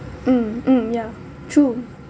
mm mm ya true